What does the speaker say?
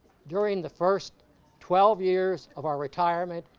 during the first twelve years of our retirement,